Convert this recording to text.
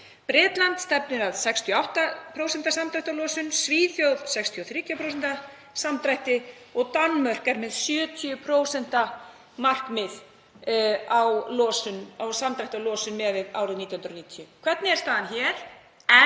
Bretland stefnir að 68% samdrætti í losun, Svíþjóð að 63% samdrætti og Danmörk er með markmið um 70% samdrátt í losun miðað við árið 1990. Hvernig er staðan hér?